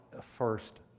first